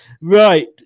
Right